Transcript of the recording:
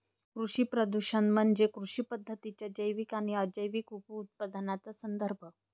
कृषी प्रदूषण म्हणजे कृषी पद्धतींच्या जैविक आणि अजैविक उपउत्पादनांचा संदर्भ